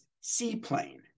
seaplane